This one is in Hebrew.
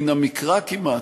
מן המקרא כמעט,